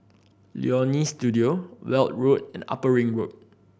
Leonie Studio Weld Road and Upper Ring Road